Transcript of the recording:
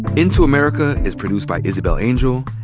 into america is produced by isabel angel,